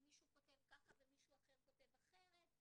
מישהו כותב ככה ומישהו אחר כותב אחרת.